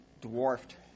dwarfed